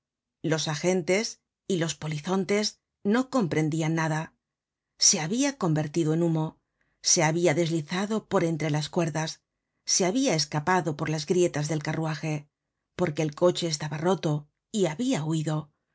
los agentes y los polizontes no comprendia nada se habia convertido en humo se habia deslizado por entre las cuerdas se habia escapado por las grietas del carruaje porque el coche estaba roto y habia huido